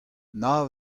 nav